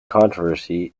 controversy